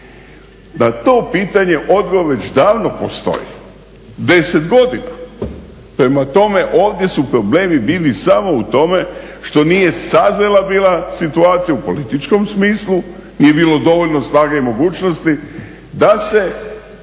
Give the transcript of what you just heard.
Na to pitanje odgovor već davno postoji, 10 godina. Prema tome, ovdje su problemi bili samo u tome što nije sazrela bila situacija u političkom smislu, nije bilo dovoljno snage i mogućnosti da se